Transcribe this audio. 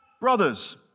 Brothers